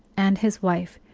and his wife,